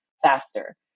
faster